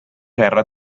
guerra